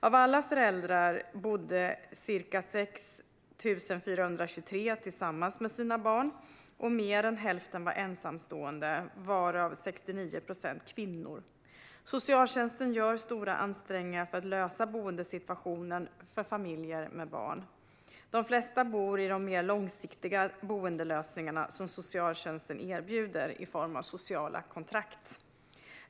Av alla föräldrarna bodde ca 6 423 tillsammans med sina barn och mer än hälften var ensamstående, varav 69 procent kvinnor. Socialtjänsten gör stora ansträngningar för att lösa boendesituationen för familjer med barn. De flesta bor i de mer långsiktiga boendelösningar som socialtjänsten erbjuder i form av sociala kontrakt.